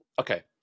Okay